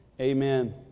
Amen